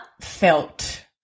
felt